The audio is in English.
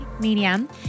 medium